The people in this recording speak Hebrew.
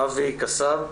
אבי קסב,